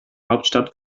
hauptstadt